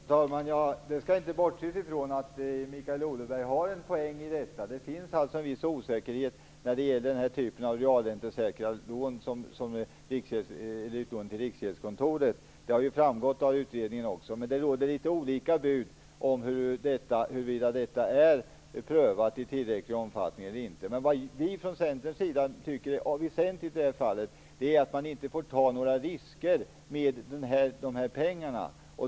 Fru talman! Det skall inte bortses ifrån att Mikael Odenberg har en poäng i detta. Det finns en viss osäkerhet när det gäller den här typen av realräntesäkra lån som är utlånade till Riksgäldskontoret. Det har också framgått av utredningen. Men det råder litet olika meningar om detta är prövat i tillräcklig omfattningen eller inte. Vi i Centern tycker att det är väsentligt att man inte tar några risker med dessa pengar.